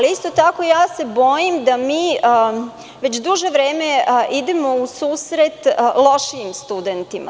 Isto tako, bojim se da mi već duže vreme idemo u susret lošijim studentima.